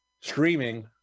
streaming